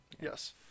Yes